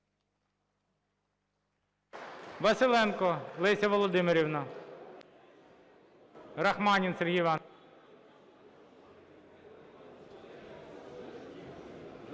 Василенко Леся Володимирівна. Рахманін Сергій Іванович.